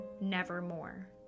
nevermore